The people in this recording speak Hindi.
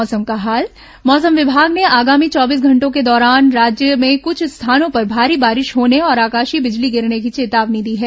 मौसम मौसम विमाग ने आगामी चौबीस घंटों के दौरान राज्य में कुछ स्थानों पर भारी बारिश होने और आकाशीय बिजली गिरने की चेतावनी दी है